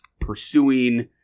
pursuing